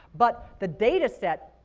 but the data set,